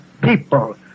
people